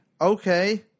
Okay